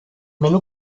menú